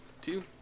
two